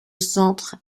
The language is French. centre